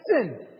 Listen